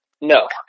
No